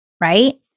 right